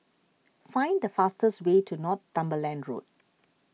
find the fastest way to Northumberland Road